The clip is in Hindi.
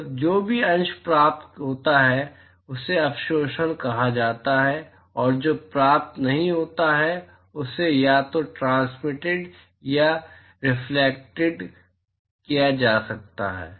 तो जो भी अंश प्राप्त होता है उसे अवशोषण कहा जाता है और जो प्राप्त नहीं होता है उसे या तो ट्रांसमिटिड या रिफलेक्टिड किया जा सकता है